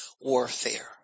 warfare